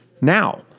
now